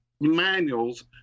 Manuals